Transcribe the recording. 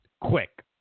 quick